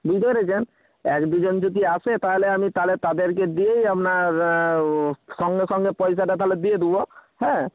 বুঝতে পেরেছেন এক দুজন যদি আসে তাহলে আমি তাহলে তাদেরকে দিয়েই আপনার সঙ্গে সঙ্গে পয়সাটা তাহলে দিয়ে দেবো হ্যাঁ